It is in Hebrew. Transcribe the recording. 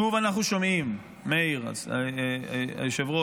שוב אנחנו שומעים באולפנים, מאיר, היושב-ראש,